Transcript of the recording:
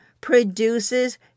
produces